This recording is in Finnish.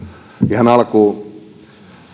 ihan alkuun